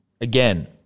Again